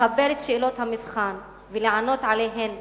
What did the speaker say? לחבר את שאלות המבחן ולענות עליהן בעצמך,